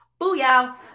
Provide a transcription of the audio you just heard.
Booyah